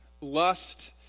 lust